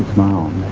mound.